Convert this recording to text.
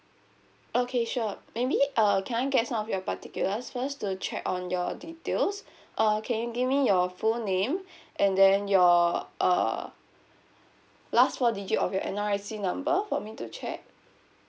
okay sure maybe uh can I get some of your particulars first to check on your details uh can you give me your full name and then your uh last four digit of your N_R_I_C number for me to check